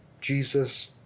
Jesus